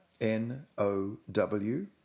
N-O-W